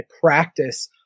practice